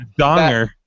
donger